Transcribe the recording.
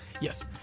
Yes